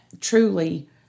truly